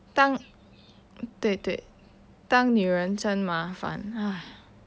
当对对当女人真麻烦哎呀